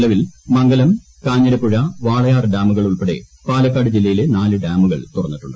നിലവിൽ മംഗലം കാഞ്ഞിരപ്പുഴ വാളയാർ ഡാമുകൾ ഉൾപ്പടെ പാലക്കാട് ജില്ലയിലെ നാലു ഡാമുകൾ തുറന്നിട്ടുണ്ട്